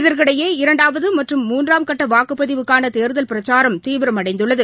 இதற்கிடையே இரண்டாவதுமற்றும் மூன்றாம் கட்டவாக்குப் பதிவுக்கானதேர்தல் பிரச்சாரம் தீவிரம் அடைந்துள்ளது